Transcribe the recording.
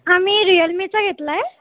हां मी रिअलमीचा घेतला आहे